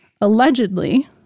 allegedly